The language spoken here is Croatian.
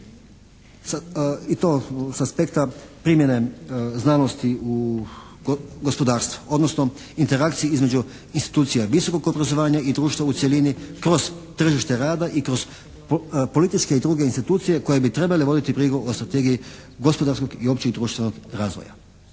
i to s aspekta primjene znanosti u gospodarstvu odnosno interakciji između institucija visokog obrazovanja i društva u cjelini kroz tržište rada i kroz političke i druge institucije koje bi trebale voditi brigu o strategiji gospodarskog i općeg društvenog razvoja,